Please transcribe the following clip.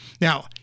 Now